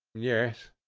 yes.